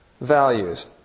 values